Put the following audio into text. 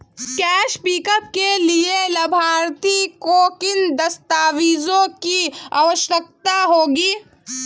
Cash pickup के लिए लाभार्थी को किन दस्तावेजों की आवश्यकता होगी?